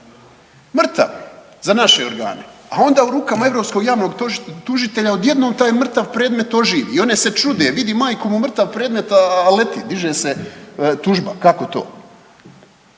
mrtav za naše organe, a onda u rukama europskog javnog tužitelja odjednom taj mrtav predmet oživi. I one se čude, vidi majku mu mrtav predmet a leti, diže se tužba. Kako to?